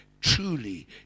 truly